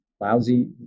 lousy